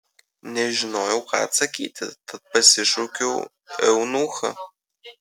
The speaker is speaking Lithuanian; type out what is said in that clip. nežinojau ką atsakyti tad pasišaukiau eunuchą